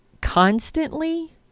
constantly